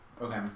Okay